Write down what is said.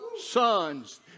sons